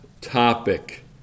topic